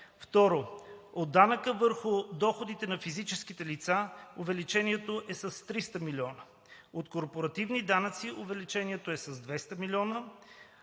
2. от данъка върху доходите на физически лица – увеличението е с 300 милиона; 3. от корпоративни данъци – увеличението е с 200 милиона;